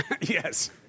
Yes